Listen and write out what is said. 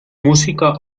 música